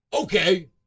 okay